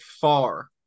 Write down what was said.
far